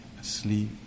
asleep